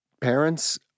parents